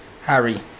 Harry